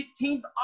teams